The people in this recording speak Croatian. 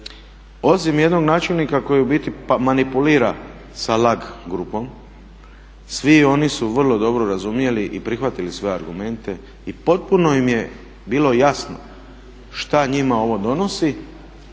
osim jednom načelnika koji u biti manipulira sa … grupom. Svi oni su vrlo dobro razumjeli i prihvatili sve argumente i potpuno im je bilo jasno šta njima ovo donosi